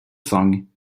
song